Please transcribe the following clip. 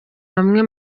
bamwe